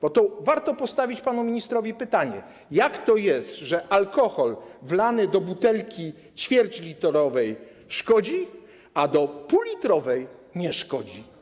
Bo warto postawić panu ministrowi pytanie: Jak to jest, że alkohol wlany do butelki ćwierćlitrowej szkodzi, a do półlitrowej nie szkodzi?